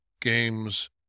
games